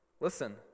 Listen